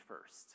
first